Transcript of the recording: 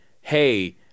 hey